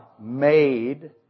made